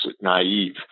naive